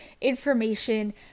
information